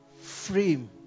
frame